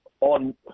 on